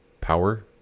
power